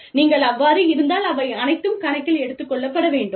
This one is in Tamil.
நீங்கள் அவ்வாறு இருந்தால் அவை அனைத்தும் கணக்கில் எடுத்துக்கொள்ளப்பட வேண்டும்